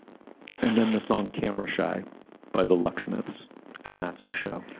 and then the song camera shy by the locksmiths and that's our show.